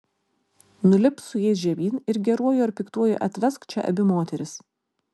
nulipk su jais žemyn ir geruoju ar piktuoju atvesk čia abi moteris